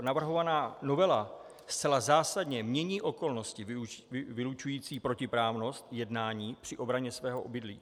Navrhovaná novela zcela zásadně mění okolnosti vylučující protiprávnost jednání při obraně svého obydlí.